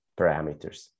parameters